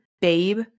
babe